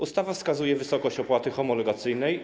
Ustawa wskazuje wysokość opłaty homologacyjnej.